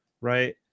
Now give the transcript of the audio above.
right